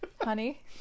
honey